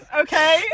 okay